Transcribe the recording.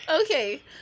Okay